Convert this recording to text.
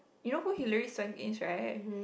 you know who Hillary-Swank is right